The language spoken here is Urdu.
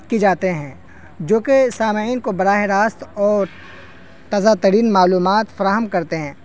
کی جاتے ہیں جو کہ سامعین کو براہ راست اور تازہ ترین معلومات فراہم کرتے ہیں